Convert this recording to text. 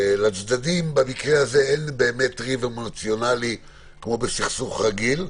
לצדדים במקרה הזה אין באמת ריב אמוציונלי כמו בסכסוך רגיל.